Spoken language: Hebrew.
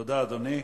תודה, אדוני.